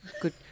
Good